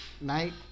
night